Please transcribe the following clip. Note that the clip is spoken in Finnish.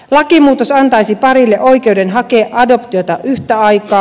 lakimuutos antaisi parille oikeuden hakea adoptiota yhtä aikaa